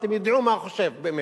אתם תדעו מה הוא חושב באמת.